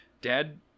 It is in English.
Dad